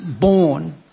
born